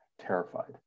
terrified